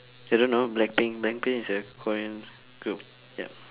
you don't know blackpink blackpink is a korean group ya